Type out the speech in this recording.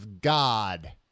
God